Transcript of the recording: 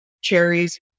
cherries